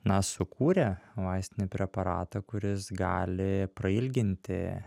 na sukūrė vaistinį preparatą kuris gali prailginti